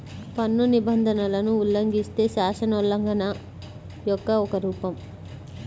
పన్ను నిబంధనలను ఉల్లంఘిస్తే, శాసనోల్లంఘన యొక్క ఒక రూపం